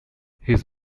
his